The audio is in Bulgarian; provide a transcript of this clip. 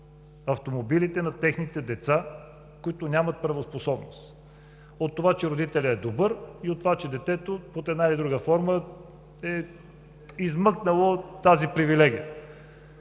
автомобилите на техните деца без правоспособност, заради това че родителят е добър, и че детето под една или друга форма е измъкнало тази привилегия.